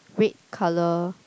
red colour